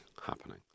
happening